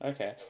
Okay